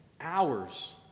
hours